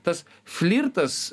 tas flirtas